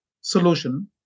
solution